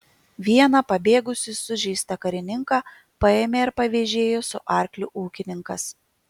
vieną pabėgusį sužeistą karininką paėmė ir pavėžėjo su arkliu ūkininkas